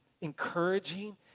encouraging